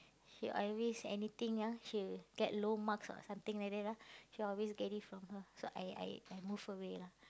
she always anything ah she get low marks or something like that ah she always get it from her so I I I move away lah